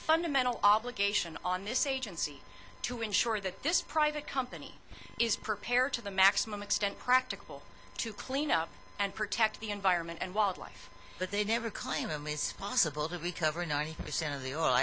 fundamental obligation on this agency to ensure that this private company is prepared to the maximum extent practicable to clean up and protect the environment and wildlife but they never claim them is possible that we cover ninety percent of the oil